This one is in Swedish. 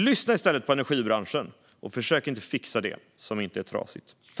Lyssna i stället på energibranschen och försök inte fixa det som inte är trasigt.